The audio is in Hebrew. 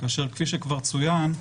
כאשר כפי שכבר צוין,